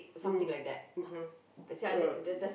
oh okay yeah